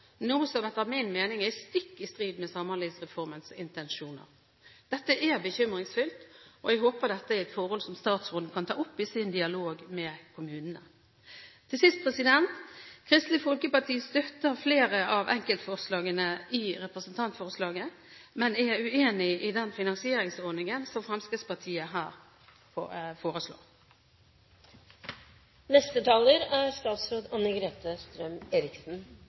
dette er et forhold statsråden kan ta opp i sin dialog med kommunene. Til sist: Kristelig Folkeparti støtter flere av enkeltforslagene i representantforslaget, men er uenig i den finansieringsordningen som Fremskrittspartiet her foreslår. Forslagsstillerne legger frem 27 forslag som de mener vil sikre en valgfri og verdig eldreomsorg for alle. Forslagsstillerne mener det er